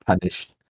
punished